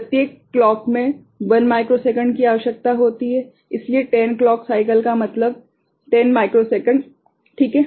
प्रत्येक क्लॉक में 1 माइक्रोसेकंड की आवश्यकता होती है इसलिए 10 क्लॉक साइकल का मतलब 10 माइक्रोसेकंड ठीक है